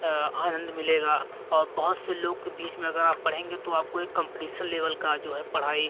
आनन्द मिलेगा और बहुत से लोग के बीच में अगर आप पढ़ेंगे तो आपको एक कम्पटीसन ड लेवल का जो है पढ़ाई